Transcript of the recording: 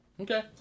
okay